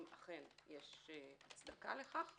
אם יש הצדקה לכך,